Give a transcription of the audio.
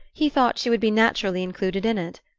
he thought she would be naturally included in it.